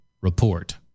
report